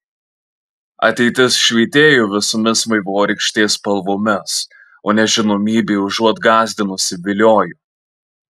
ateitis švytėjo visomis vaivorykštės spalvomis o nežinomybė užuot gąsdinusi viliojo